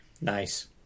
Nice